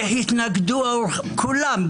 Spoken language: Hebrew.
התנגדו כולם,